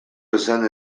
esan